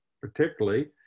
particularly